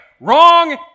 Wrong